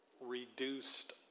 reduced